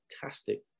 fantastic